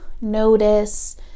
notice